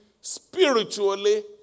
spiritually